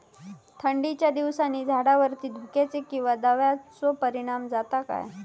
थंडीच्या दिवसानी झाडावरती धुक्याचे किंवा दवाचो परिणाम जाता काय?